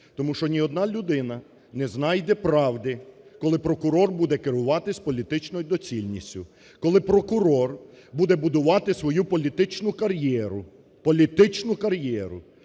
Тому що ні одна людина не знайде правди, коли прокурор буде керуватись політичною доцільністю, коли прокурор буде будувати свою політичну кар'єру – політичну кар'єру.